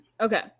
Okay